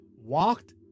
Walked